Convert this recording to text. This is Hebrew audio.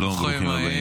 שלום, ברוכים הבאים.